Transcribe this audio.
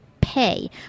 Pay